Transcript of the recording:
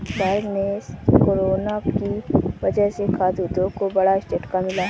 भारत में कोरोना की वजह से खाघ उद्योग को बड़ा झटका मिला है